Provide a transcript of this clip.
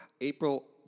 April